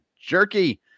Jerky